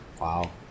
Wow